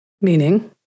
Meaning